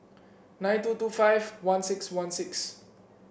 nine two two five one six one six